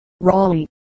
Raleigh